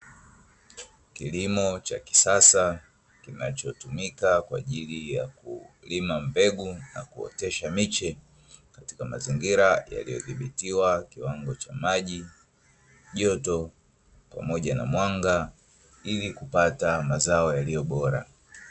Kilimo cha kisasa kinachotumika kwa ajili ya kulima mbegu na kuotesha miche, katika mazingira yaliyodhibitiwa kiwango cha maji, joto pamoja na mwanga, ili kupata mazao yaliyo bora.